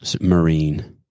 Marine